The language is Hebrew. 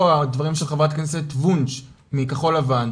הדברים של חברת הכנסת וונש מ"כחול לבן",